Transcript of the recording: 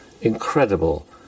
incredible